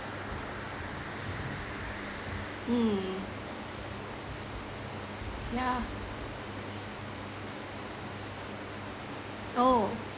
mm yeah oh